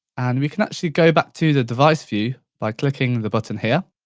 and we can actually go back to the device view by clicking the button here,